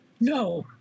No